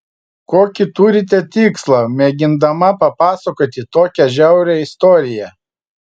kokį turite tikslą mėgindama papasakoti tokią žiaurią istoriją